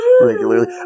regularly